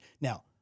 Now